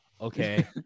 okay